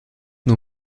nur